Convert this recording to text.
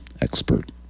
expert